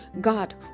god